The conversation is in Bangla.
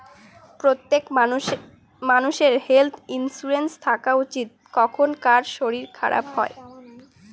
প্রত্যেক মানষের হেল্থ ইন্সুরেন্স থাকা উচিত, কখন কার শরীর খারাপ হয়